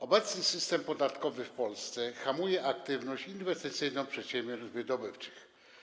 Obecny system podatkowy w Polsce hamuje aktywność inwestycyjną przedsiębiorstw wydobywczych.